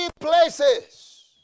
places